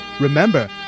Remember